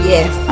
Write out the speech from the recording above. Yes